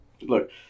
look